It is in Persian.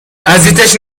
اذیتش